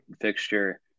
fixture